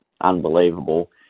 unbelievable